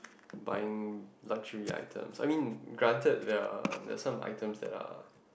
buying luxury items I mean granted there are there's some items that are